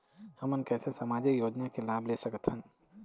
हमन कैसे सामाजिक योजना के लाभ ले सकथन?